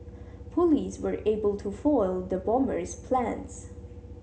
police were able to foil the bomber's plans